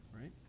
right